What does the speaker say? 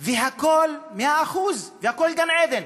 והכול מאה אחוז, הכול גן עדן.